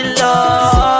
love